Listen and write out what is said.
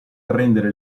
rendere